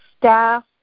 staff